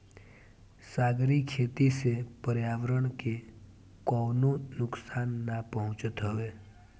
सागरी खेती से पर्यावरण के कवनो नुकसान ना पहुँचत हवे